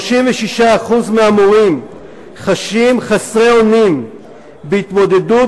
36% מהמורים חשים חסרי אונים בהתמודדות